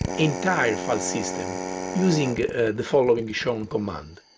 entire file system using the following shown command